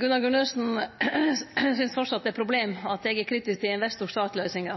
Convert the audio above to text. Gunnar Gundersen synest framleis det er eit problem at eg er kritisk til investor–stat-løysinga.